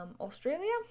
Australia